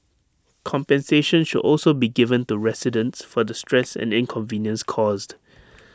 compensation should also be given to residents for the stress and inconvenience caused